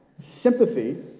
sympathy